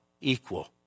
equal